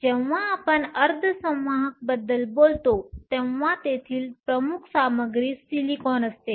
जेव्हा आपण अर्धसंवाहक बद्दल बोलतो तेव्हा तेथील प्रमुख सामग्री सिलिकॉन असते